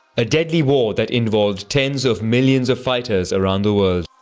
a deadly war that involved tens of millions of fighters around the world.